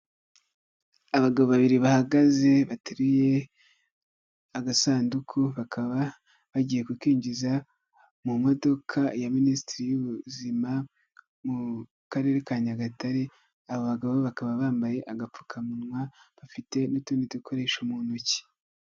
Abagabo babiri bahagaze bateruye agasanduku bakaba bagiye kukinjiza mu modoka ya Minisiteri y'Ubuzima mu Karere ka Nyagatare abo bagabo bakaba bambaye agapfukamunwa bafite n'utundi dukoresha mu ntoki.